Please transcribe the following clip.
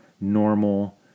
normal